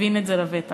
הבין את זה לבטח.